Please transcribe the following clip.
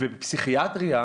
בפסיכיאטריה,